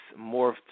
morphed